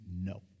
no